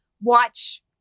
watch